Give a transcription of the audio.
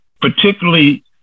particularly